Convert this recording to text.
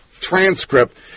transcript